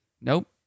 Nope